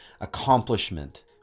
accomplishment